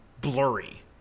blurry